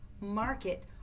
market